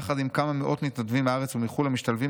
יחד עם כמה מאות מתנדבים מהארץ ומחו"ל המשתלבים